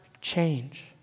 change